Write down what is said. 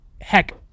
Heck